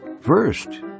first